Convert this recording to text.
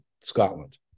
Scotland